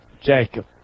Jacob